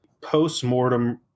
post-mortem